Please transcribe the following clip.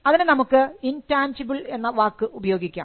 അതിനു നമുക്ക് ഇൻടാഞ്ജിബിൾ എന്ന വാക്ക് ഉപയോഗിക്കാം